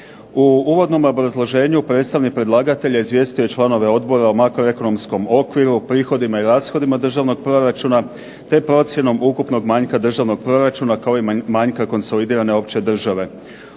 U uvodnom obrazloženju predstavnik predlagatelja izvijestio je članove odbora o makroekonomskom okviru, prihodima i rashodima državnog proračuna te procjenom ukupnog manjka državnog proračuna kao i manjka konsolidirane opće države.